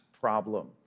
problem